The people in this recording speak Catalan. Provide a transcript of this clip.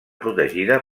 protegida